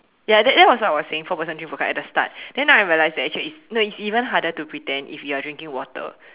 ya that that is what I was saying four person drink vodka at the start then now I realize that actually is no it's even harder to pretend if you're drinking water